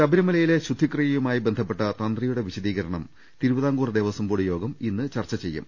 ശബരിമലയിലെ ശുദ്ധിക്രിയയുമായി ബന്ധപ്പെട്ട തന്ത്രിയുടെ വിശ ദീകരണം തിരുവിതാംകൂർ ദേവസ്വം ബോർഡ് യോഗം ഇന്ന് ചർച്ച ചെയ്യും